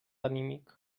anímic